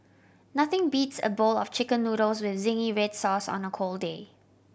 nothing beats a bowl of Chicken Noodles with zingy red sauce on a cold day